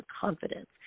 confidence